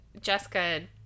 Jessica